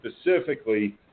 specifically